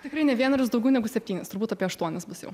tikrai ne vienerius daugiau negu septynis turbūt apie aštuonis bus jau